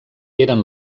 eren